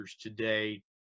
today